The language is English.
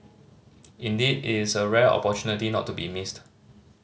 indeed it is a rare opportunity not to be missed